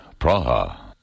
Praha